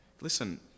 Listen